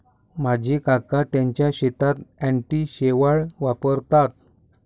माझे काका त्यांच्या शेतात अँटी शेवाळ वापरतात